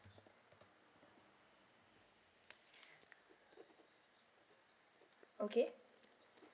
okay